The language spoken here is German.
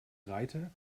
reiter